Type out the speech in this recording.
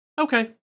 Okay